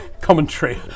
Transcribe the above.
commentary